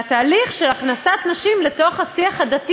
והתהליך של הכנסת נשים לתוך השיח הדתי